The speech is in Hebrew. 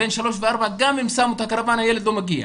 בן 3 ו-4, גם אם שמת קרוואן הילד לא מגיע,